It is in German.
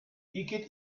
igitt